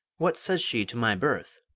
what says she to my birth?